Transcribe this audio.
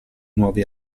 nuovi